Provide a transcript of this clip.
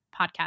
podcast